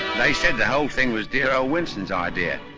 they said the whole thing was dear ole winston's idea.